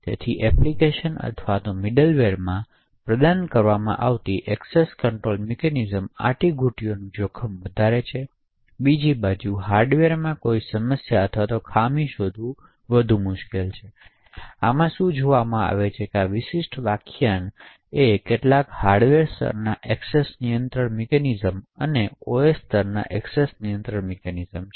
તેથી એપ્લિકેશન અથવા મિડલવેરમાં પ્રદાન કરવામાં આવતી એક્સેસ કંટ્રોલ મિકેનિઝમ્સ આંટીઘૂંટીઓનું જોખમ વધારે છે અને બીજી બાજુ હાર્ડવેરમાં કોઈ સમસ્યા અથવા ખામી શોધવા વધુ મુશ્કેલ છે તેથી આમાં શું જોવામાં આવશે વિશિષ્ટ વ્યાખ્યાન એ કેટલાક હાર્ડવેર સ્તરના એક્સેસ નિયંત્રણ મિકેનિઝમ્સ અને ઓએસ સ્તરના એક્સેસ નિયંત્રણ મિકેનિઝમ્સ છે